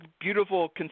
beautiful